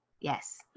Yes